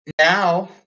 now